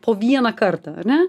po vieną kartą ar ne